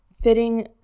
Fitting